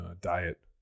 diet